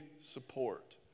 support